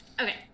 Okay